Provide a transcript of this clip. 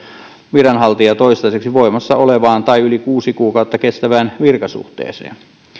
viranhaltijan toistaiseksi voimassa olevaan tai yli kuusi kuukautta kestävään virkasuhteeseen